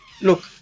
look